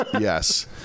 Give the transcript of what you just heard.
Yes